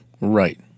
Right